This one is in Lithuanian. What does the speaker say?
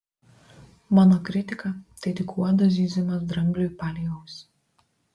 mano kritika tai tik uodo zyzimas drambliui palei ausį